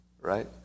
right